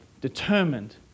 determined